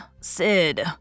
Sid